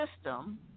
system